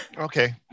Okay